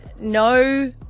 no